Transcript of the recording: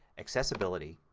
accessibility,